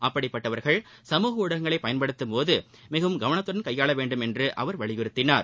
அப்படி பட்டவர்கள் சமூக ஊடகங்களை பயன்படுத்தும்போது மிகவும் கவனத்துடன் கையாள வேண்டும் என்று அவர் வலியுறுத்தினார்